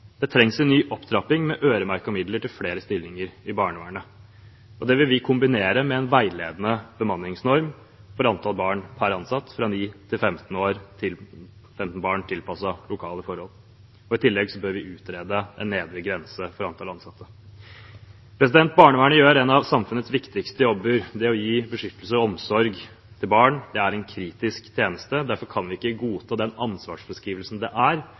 Det trengs en ny opptrapping med øremerkede midler til flere stillinger i barnevernet, og det vil vi kombinere med en veiledende bemanningsnorm for antall barn på 9–15 per ansatt, tilpasset lokale forhold. I tillegg bør vi utrede en nedre grense for antall ansatte. Barnevernet gjør en av samfunnets viktigste jobber. Det å gi beskyttelse og omsorg til barn er en kritisk tjeneste. Derfor kan vi ikke godta den ansvarsfraskrivelsen det er